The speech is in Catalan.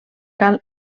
cal